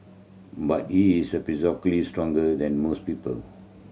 but he is stronger than most people